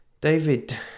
David